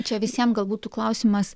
čia visiem gal būtų klausimas